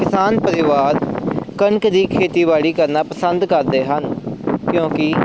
ਕਿਸਾਨ ਪਰਿਵਾਰ ਕਣਕ ਦੀ ਖੇਤੀਬਾੜੀ ਕਰਨਾ ਪਸੰਦ ਕਰਦੇ ਹਨ ਕਿਉਂਕਿ